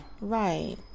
Right